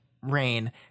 rain